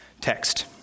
text